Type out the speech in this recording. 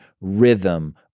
rhythm